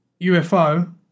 UFO